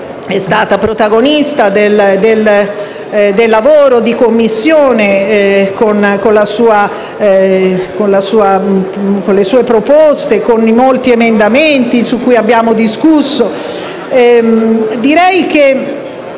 è stata protagonista del lavoro di Commissione con le sue proposte, con i molti emendamenti su cui abbiamo discusso.